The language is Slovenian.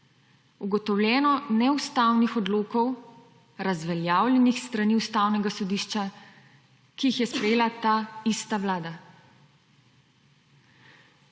ugotovljeno neustavnih odlokov, razveljavljenih s strani Ustavnega sodišča, ki jih je sprejela ta ista vlada.